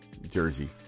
jersey